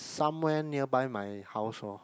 somewhere nearby my house hor